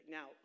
Now